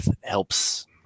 helps